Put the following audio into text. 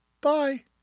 Bye